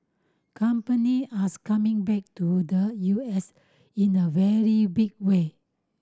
company as coming back to the U S in a very big way